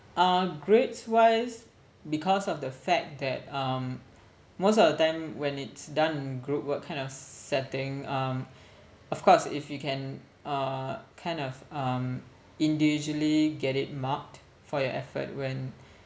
uh grades wise because of the fact that um most of the time when it's done in groupwork kind of setting um of course if you can uh kind of um individually get it marked for your effort when